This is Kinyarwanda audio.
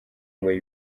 ngoyi